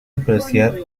apreciar